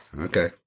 Okay